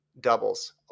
doubles